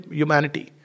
humanity